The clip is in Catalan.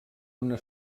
una